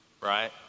right